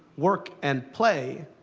work, and play,